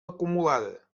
acumulada